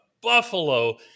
Buffalo